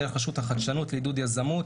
דרך רשות החדשנות לעידוד יזמות,